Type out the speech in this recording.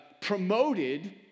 promoted